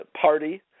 party